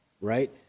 right